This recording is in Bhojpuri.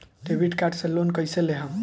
डेबिट कार्ड से लोन कईसे लेहम?